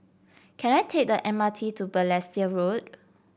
can I take the M R T to Balestier Road